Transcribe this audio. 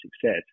success